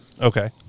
Okay